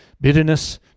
Bitterness